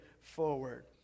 forward